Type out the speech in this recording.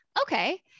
okay